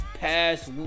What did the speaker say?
past